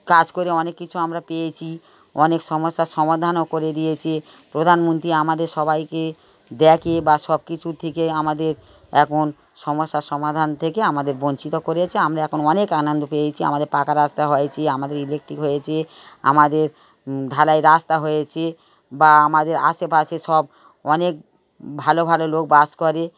কাজ করে অনেক কিছু আমরা পেয়েছি অনেক সমস্যার সমাধানও করে দিয়েছে প্রধানমন্ত্রী আমাদের সবাইকে দেখে বা সব কিছুর থেকে আমাদের এখন সমস্যার সমাধান থেকে আমাদের বঞ্চিত করেছে আমরা এখন অনেক আনন্দ পেয়েছি আমাদের পাকা রাস্তা হয়েছে আমাদের ইলেকট্রিক হয়েছে আমাদের ঢালাইয়ের রাস্তা হয়েছে বা আমাদের আশেপাশে সব অনেক ভালো ভালো লোক বাস করে